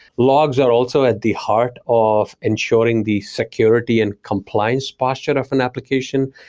logs are also at the heart of ensuring the security and compliance posture of an application.